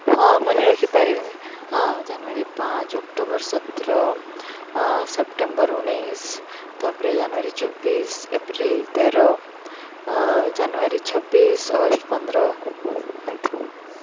ମନେ ରଖିପାରିବେନି ହଁ ଜାନୁଆରୀ ପାଞ୍ଚ ଅକ୍ଟୋବର ସତର ସେପ୍ଟେମ୍ବର ଉଣେଇଶ ତାପରେ ଜାନୁଆରୀ ଚବିଶ ଏପ୍ରିଲ ତେର ଜାନୁଆରୀ ଛବିଶ ଅଗଷ୍ଟ ପନ୍ଦର ଏତିକି